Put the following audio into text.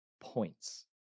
points